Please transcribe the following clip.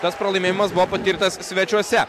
tas pralaimėjimas buvo patirtas svečiuose